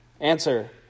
Answer